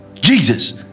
Jesus